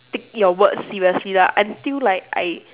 take your words seriously lah until like I